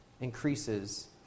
increases